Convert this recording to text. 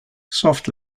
soft